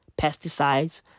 pesticides